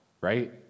right